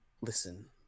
Listen